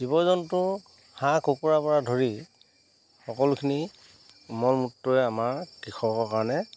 জীৱ জন্তু হাঁহ কুকুুৰাৰ পৰা ধৰি সকলোখিনি মল মূত্ৰই আমাৰ কৃষকৰ কাৰণে